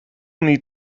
need